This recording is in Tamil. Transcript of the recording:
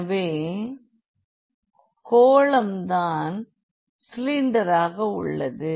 எனவே உருண்டை தான் சிலிண்டராக உள்ளது